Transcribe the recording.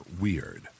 weird